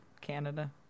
Canada